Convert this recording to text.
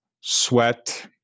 sweat